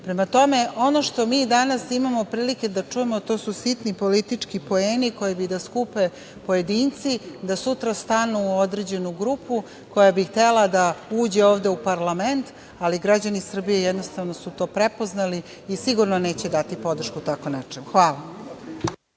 Ustav. Prema tome, ono što mi danas imamo prilike da čujemo to su sitni politički poeni koje bi da skupe pojedinci da sutra stanu u određenu grupu koja bi htela da uđe ovde u parlament, ali građani Srbije jednostavno su to prepoznali i sigurno neće dati podršku tako nečemu. Hvala.